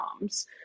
moms